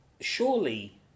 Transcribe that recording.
surely